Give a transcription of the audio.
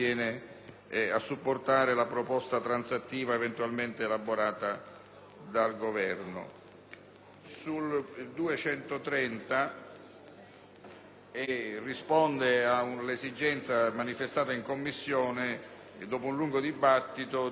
2.130 risponde all'esigenza manifestata in Commissione, dopo un lungo dibattito, di dare pubblicità alle osservazioni fatte pervenire